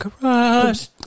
garage